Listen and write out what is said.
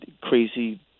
crazy